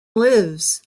lives